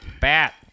Bat